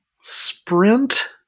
Sprint